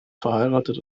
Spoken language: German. verheiratet